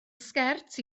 sgert